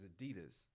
Adidas